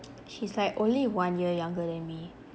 she's like only one year younger than me